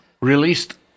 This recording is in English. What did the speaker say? released